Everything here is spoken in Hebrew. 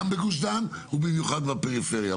גם בגוש דן ובמיוחד בפריפריה.